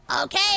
Okay